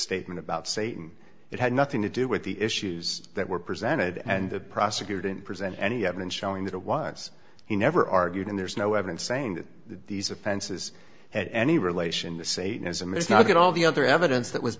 statement about satan it had nothing to do with the issues that were presented and the prosecutor didn't present any evidence showing that it was he never argued and there's no evidence saying that these offenses had any relation the satanism is not good all the other evidence that was